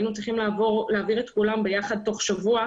היינו צריכים להעביר את כולם ביחד תוך שבוע.